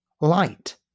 light